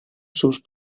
sus